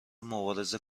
مبارزه